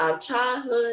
childhood